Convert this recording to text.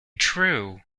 true